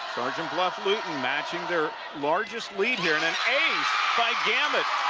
sergeant bluff-luton matching their largest lead here and an ace by gamet.